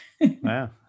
Wow